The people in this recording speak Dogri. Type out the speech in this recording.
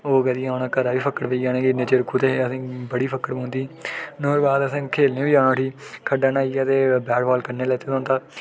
ओह् करियै हून घरा बी फक्कड़ पेई जाने कुतै अहें ई बड़ी फक्कड़ पौंदी ही नुहाड़े बाद अहें खेलनें ई जाना उठी खड्डा न्हाइयै ते बैट बाल खेढन लगी पौना